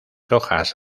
hojas